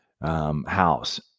House